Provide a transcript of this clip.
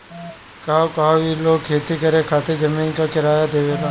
कहवो कहवो ई लोग खेती करे खातिर जमीन के किराया देवेला